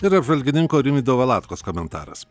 ir apžvalgininko rimvydo valatkos komentaras